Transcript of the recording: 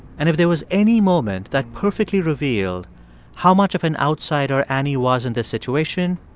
and if there was any moment that perfectly revealed how much of an outsider annie was in this situation,